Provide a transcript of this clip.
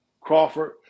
Crawford